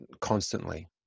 constantly